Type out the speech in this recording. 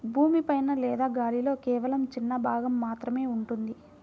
భూమి పైన లేదా గాలిలో కేవలం చిన్న భాగం మాత్రమే ఉంటుంది